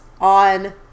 on